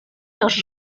los